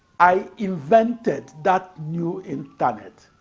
i invented that new internet